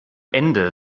ende